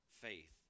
faith